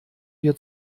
wir